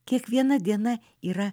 kiekviena diena yra